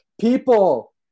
people